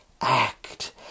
act